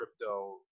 crypto